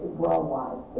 worldwide